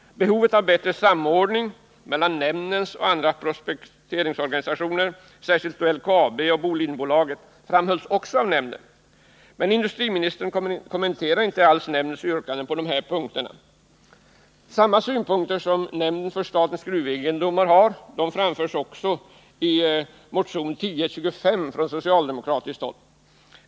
Behovet av bättre samordning mellan nämnden och andra prospekteringsorganisationer, särskilt LKAB och Bolidenbolaget, framhölls också av nämnden, men industriministern kommenterar inte alls nämndens yrkanden på dessa punkter. Samma synpunkter som nämnden för statens gruvegendomar anför framhålls även i den socialdemokratiska motionen 1025.